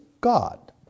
God